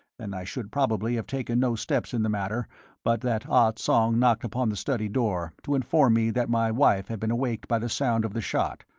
and i should probably have taken no steps in the matter but that ah tsong knocked upon the study door, to inform me that my wife had been awakened by the sound of the shot.